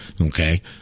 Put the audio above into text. Okay